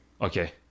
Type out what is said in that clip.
Okay